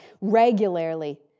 regularly